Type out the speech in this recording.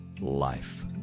Life